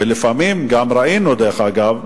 ולפעמים גם ראינו, דרך אגב,